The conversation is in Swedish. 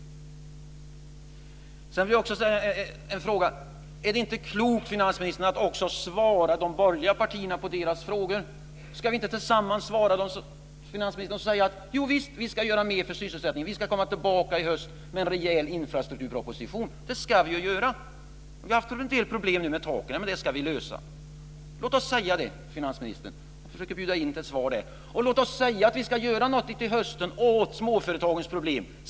Jag vill ställa ytterligare en fråga. Är det inte klokt, finansministern, att också svara de borgerliga partierna på deras frågor? Ska vi inte tillsammans svara dem och säga: Jo visst, vi ska göra mer för sysselsättningen. Vi ska komma tillbaka i höst med en rejäl infrastrukturproposition. Det ska vi göra. Vi har haft en del problem med taken, men det ska vi lösa. Låt oss säga det, finansministern. Jag försöker bjuda in till ett svar. Och låt oss säga att vi ska göra någonting till hösten åt småföretagens problem.